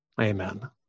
Amen